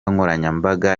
nkoranyambaga